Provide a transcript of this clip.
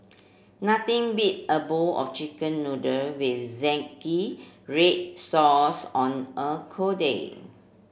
nothing beat a bowl of chicken noodle with zingy red sauce on a cold day